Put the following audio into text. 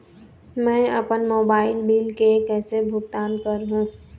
मैं अपन mobile bill के कैसे भुगतान कर हूं?